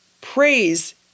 Praise